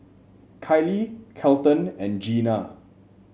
Kylee Kelton and Gena